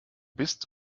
bist